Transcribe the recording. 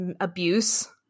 abuse